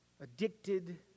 addicted